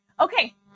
Okay